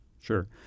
Sure